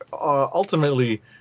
ultimately